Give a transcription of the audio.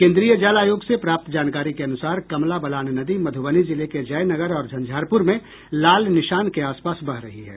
केन्द्रीय जल आयोग से प्राप्त जानकारी के अनुसार कमला बलान नदी मधुबनी जिले के जयनगर और झंझारपुर में लाल निशान के आसपास बह रही है